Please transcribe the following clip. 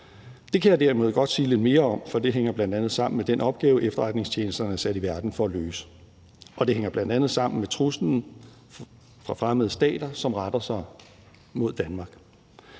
Det kan jeg derimod godt sige lidt mere om, for det hænger bl.a. sammen med den opgave, efterretningstjenesterne er sat i verden for at løse, og det hænger bl.a. sammen med truslen fra fremmede stater, som retter sig mod Danmark.